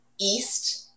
east